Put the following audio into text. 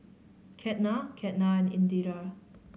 Ketna Ketna and Indira